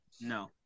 no